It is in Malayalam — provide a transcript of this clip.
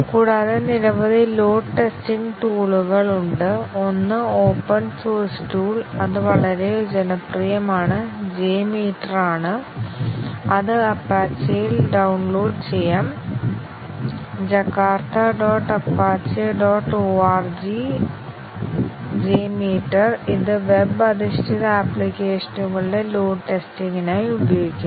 കൂടാതെ നിരവധി ലോഡ് ടെസ്റ്റിംഗ് ടൂളുകൾ ഉണ്ട് ഒന്ന് ഓപ്പൺ സോഴ്സ് ടൂൾ അത് വളരെ ജനപ്രിയമാണ് ജെ മീറ്റർ ആണ് അത് അപ്പാച്ചെയിൽ ഡൌൺലോഡ് ചെയ്യാം jakarta dot apache dot org jmeter ഇത് വെബ് അധിഷ്ഠിത ആപ്ലിക്കേഷനുകളുടെ ലോഡ് ടെസ്റ്റിംഗിനായി ഉപയോഗിക്കുന്നു